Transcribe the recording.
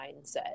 mindset